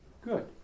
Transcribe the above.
Good